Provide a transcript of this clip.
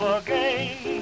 again